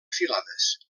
filades